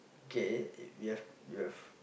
kay we've we've